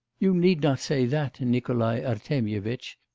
you need not say that, nikolai artemyevitch.